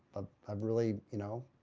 i've really, you know,